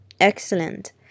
Excellent